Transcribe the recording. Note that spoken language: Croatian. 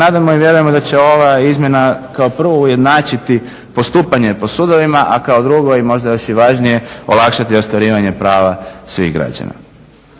nadamo i vjerujemo da će ova izmjena kao prvo ujednačiti kao prvo postupanje po sudovima, a kao drugo i možda još i važnije olakšati ostvarivanje prava svih građana.